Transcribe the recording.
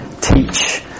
teach